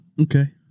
Okay